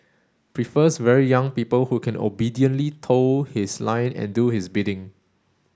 prefers very young people who can obediently toe his line and do his bidding